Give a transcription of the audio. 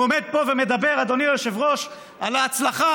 והוא עומד פה ומדבר, אדוני היושב-ראש, על ההצלחה,